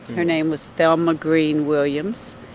her name was thelma green williams,